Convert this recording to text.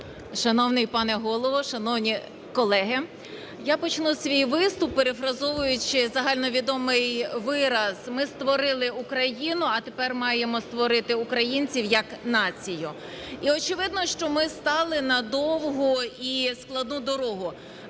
Шановний пане Голово, шановні колеги! Я почну свій виступ, перефразовуючи загальновідомий вираз: ми створили Україну, а тепер маємо створити українців як націю. І очевидно, що ми стали на довгу і складну дорогу,